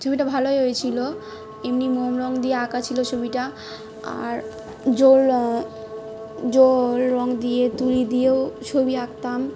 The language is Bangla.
ছবিটা ভালোই হয়েছিলো এমনি মোম রঙ দিয়ে আঁকা ছিলো ছবিটা আর জল জল রঙ দিয়ে তুলি দিয়েও ছবি আঁকতাম